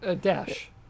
Dash